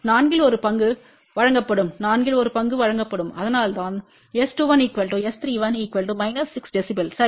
நான்கில் ஒரு பங்கு வழங்கப்படும் நான்கில் ஒரு பங்கு வழங்கப்படும் அதனால்தான் S21 S31 6 dB சரி